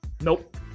nope